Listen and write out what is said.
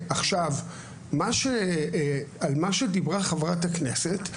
לגבי מה שדיברה חברת הכנסת,